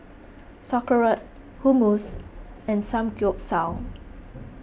Sauerkraut Hummus and Samgeyopsal